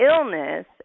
illness